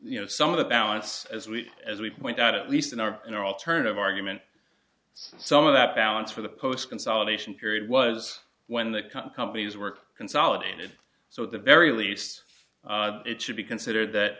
you know some of the balance as we as we point out at least in our in our alternative argument some of that balance for the post consolidation period was when the com companies work consolidated so at the very least it should be considered that